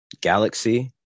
galaxy